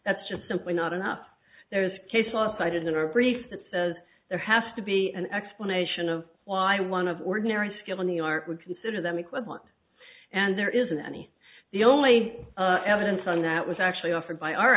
that's just simply not enough there's case law cited in our priest that says there has to be an explanation of why one of ordinary skill in the art would consider them equivalent and there isn't any the only evidence on that was actually offered by our